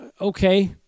okay